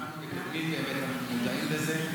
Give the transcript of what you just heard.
אנחנו מודעים לזה.